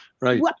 right